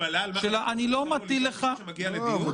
עכשיו הטלת מגבלה על --- מישהו שמגיע לדיון?